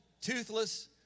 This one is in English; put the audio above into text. toothless